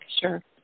Sure